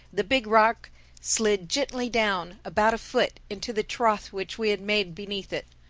the big rock slid gently down, about a foot, into the trough which we had made beneath it.